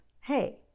Hey